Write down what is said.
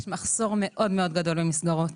יש מחסור מאוד גדול במסגרות.